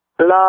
love